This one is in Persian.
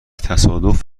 تصادف